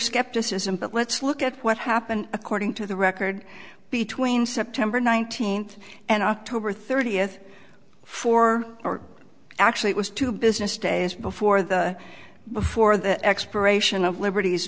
skepticism but let's look at what happened according to the record between september nineteenth and october thirtieth four or actually it was two business days before the before the expiration of libert